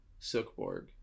Silkborg